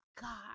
God